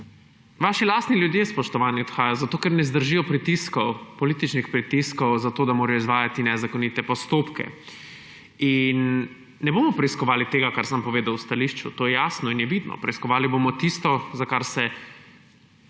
vaši lastni ljudje, spoštovani, odhajajo zato, ker ne zdržijo političnih pritiskov, zato da morajo izvajati nezakonite postopke. In ne bomo preiskovali tega, kar sem povedal v stališču. To je jasno in je vidno. Preiskovali bomo tisto, za kar se